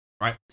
right